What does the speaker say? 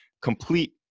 complete